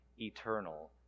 eternal